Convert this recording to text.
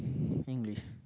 English